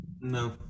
No